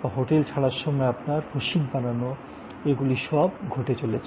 বা হোটেল ছাড়ার সময় আপনার রশিদ বানানো এগুলি সব ঘটে চলেছে